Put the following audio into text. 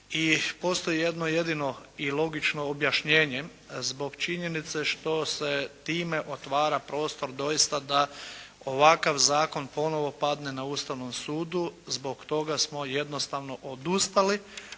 postoji jedno jedino i logično objašnjenje zbog činjenice što se time otvara prostor doista da ovakav Zakon ponovno padne na Ustavnom sudu, zbog toga smo jednostavno odustali.